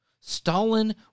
Stalin